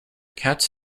cats